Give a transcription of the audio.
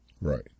Right